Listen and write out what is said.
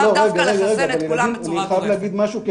לאו דווקא לחסן את כולם בצורה גורפת.